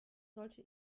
sollte